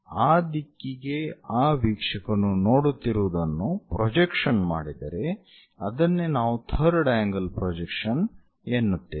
ಆ ದಿಕ್ಕಿಗೆ ಆ ವೀಕ್ಷಕನು ನೋಡುತ್ತಿರುವುದನ್ನು ಪ್ರೊಜೆಕ್ಷನ್ ಮಾಡಿದರೆ ಅದನ್ನೇ ನಾವು ಥರ್ಡ್ ಆಂಗಲ್ ಪ್ರೊಜೆಕ್ಷನ್ ಎನ್ನುತ್ತೇವೆ